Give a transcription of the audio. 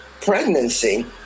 pregnancy